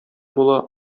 була